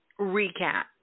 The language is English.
recap